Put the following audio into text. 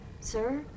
Sir